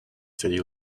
city